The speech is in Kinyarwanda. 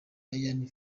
ian